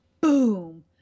Boom